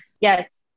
Yes